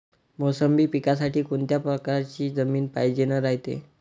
मोसंबी पिकासाठी कोनत्या परकारची जमीन पायजेन रायते?